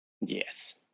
yes